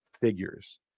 figures